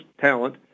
talent